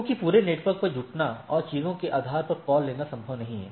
क्योंकि पूरे नेटवर्क पर जुटना और चीजों के आधार पर कॉल लेना संभव नहीं है